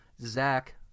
Zach